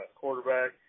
quarterback